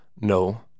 No